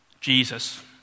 Jesus